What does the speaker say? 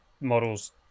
models